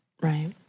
right